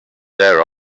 their